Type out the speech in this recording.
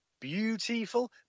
beautiful